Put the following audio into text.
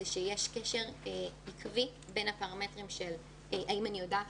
הוא שיש קשר עקבי בין הפרמטרים האם אני יודעת